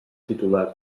titular